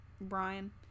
Brian